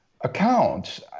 accounts